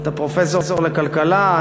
אתה פרופסור לכלכלה?